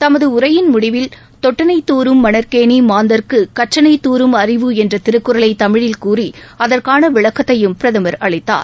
தமது உரையின் முடிவில் தொட்டணை தூறும் மணற்கேணி மாந்தர்க்கு கற்றணை தூறும் அறிவு என்ற திருக்குறளை தமிழில் கூறி அதற்கான விளக்கத்தையும் பிரதமர் அளித்தார்